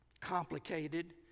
complicated